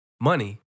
money